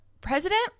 president